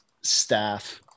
staff